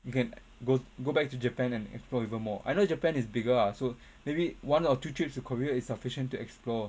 you can go go back to japan and explore even more I know japan is bigger lah so maybe one or two trips to korea is sufficient to explore